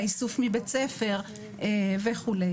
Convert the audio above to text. באיסוף מבית ספר וכולי.